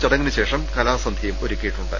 ചടങ്ങിനുശേഷം കലാ സന്ധ്യയും ഒരുക്കിയിട്ടുണ്ട്